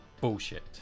bullshit